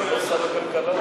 אני לא שר הכלכלה,